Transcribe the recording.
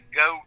go